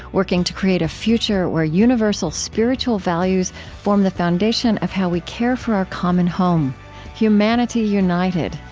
working to create a future where universal spiritual values form the foundation of how we care for our common home humanity united,